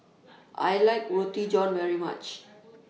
I like Roti John very much